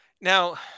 Now